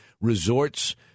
Resorts